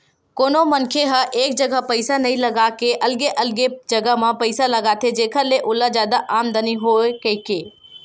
कोनो मनखे ह एक जगा पइसा नइ लगा के अलगे अलगे जगा म पइसा लगाथे जेखर ले ओला जादा आमदानी होवय कहिके